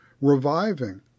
reviving